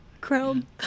Chrome